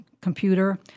computer